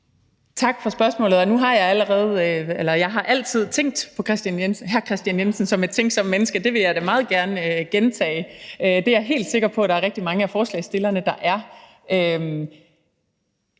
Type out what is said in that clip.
Tak for spørgsmålet. Nu har jeg altid tænkt på hr. Kristian Jensen som et tænksomt menneske; det vil jeg meget gerne gentage. Og det er jeg sikker på at der er rigtig mange af forslagsstillerne der er.